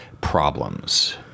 problems